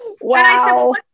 Wow